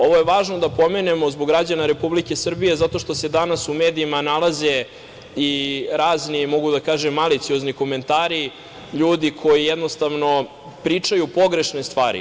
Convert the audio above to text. Ovo je važno da pomenemo zbog građana Republike Srbije zato što se danas u medijima nalaze i razni mogu da kažem maliciozni komentari ljudi koji jednostavno pričaju pogrešne stvari.